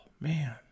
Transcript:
man